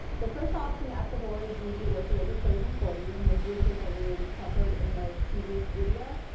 the first option at the board is usually what's already chosen for you, and those are the tools that we've already covered in the previous video.